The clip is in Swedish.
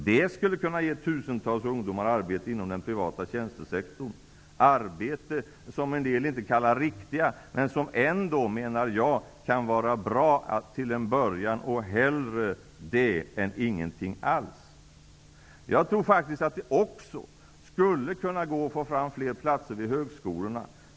Det skulle kunna ge tusentals ungdomar arbete inom den privata tjänstesektorn. Det rör sig om arbeten som en del inte kallar för riktiga, men som ändå kan vara bra till en början -- hellre detta än ingenting alls. Jag tror faktiskt att det också skulle kunna gå att få fram fler platser vid högskolorna.